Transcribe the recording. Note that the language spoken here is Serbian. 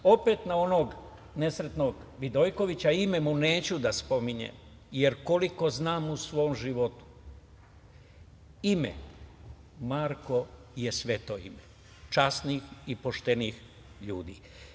Opet na onog nesretnog, Vidojkovića, ime mu neću da spominjem, jer koliko znam, u svom životu ime Marko je sveto ime časnih i poštenih ljudi.